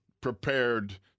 prepared